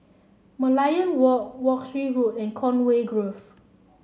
Merlion Walk Wolskel Road and Conway Grove